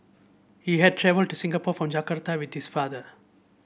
he had travelled to Singapore from Jakarta with his father